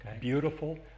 beautiful